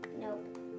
Nope